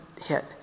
hit